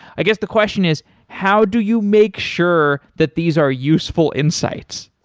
i guess the question is how do you make sure that these are useful insights?